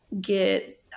get